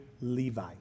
Levi